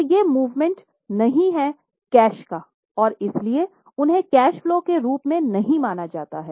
तो ये मूवमेंट् नहीं हैं कैश का और इसलिए उन्हें कैश फलो के रूप में नहीं माना जाता है